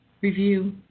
review